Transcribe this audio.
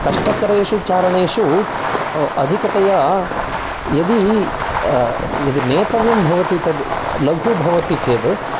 कष्टकरेषु चारणेषु अधिकतया यदि यदि नेतव्यं भवति तद् लघु भवति चेत्